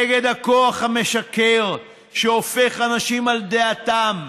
נגד הכוח המשכר שהופך אנשים על דעתם,